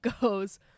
goes